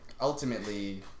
ultimately